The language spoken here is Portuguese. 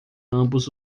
ambos